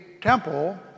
temple